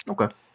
Okay